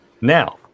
Now